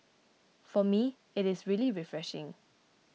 for me it is really refreshing